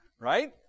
right